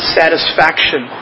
satisfaction